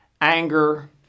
anger